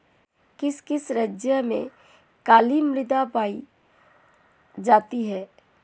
किस किस राज्य में काली मृदा पाई जाती है?